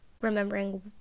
remembering